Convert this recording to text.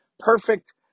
perfect